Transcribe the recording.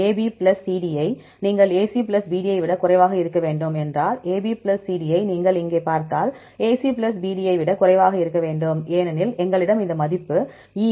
AB plus CD யை நீங்கள் AC plus BD யை விட குறைவாக இருக்க வேண்டும் என்றால் AB பிளஸ் CD யை நீங்கள் இங்கே பார்த்தால் AC பிளஸ் BD யை விட குறைவாக இருக்க வேண்டும் ஏனெனில் எங்களிடம் இந்த மதிப்பு E மற்றும் AB பிளஸ் CD உள்ளது